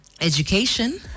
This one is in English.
education